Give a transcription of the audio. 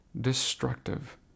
destructive